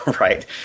Right